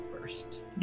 first